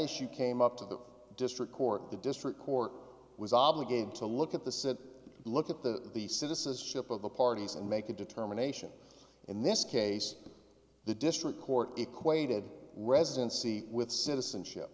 issue came up to the district court the district court was obligated to look at the said look at the the citizens ship of the parties and make a determination in this case the district court equated residency with citizenship